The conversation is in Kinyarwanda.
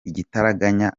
igitaraganya